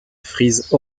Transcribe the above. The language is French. frise